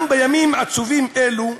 גם בימים עצובים אלו,